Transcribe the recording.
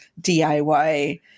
DIY